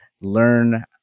Learn